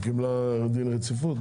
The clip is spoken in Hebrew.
היא קיבלה דין רציפות.